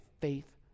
faith